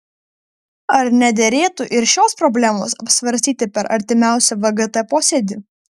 ar nederėtų ir šios problemos apsvarstyti per artimiausią vgt posėdį